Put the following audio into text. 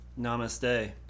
Namaste